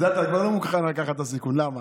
התוכנית שלי,